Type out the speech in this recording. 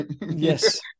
Yes